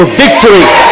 victories